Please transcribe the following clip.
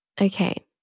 Okay